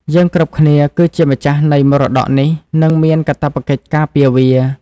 យើងគ្រប់គ្នាគឺជាម្ចាស់នៃមរតកនេះ និងមានកាតព្វកិច្ចការពារវា។